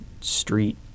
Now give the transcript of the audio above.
street